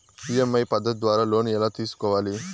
EMI పద్ధతి ద్వారా loan ఎలా తీసుకోవాలి